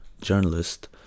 journalist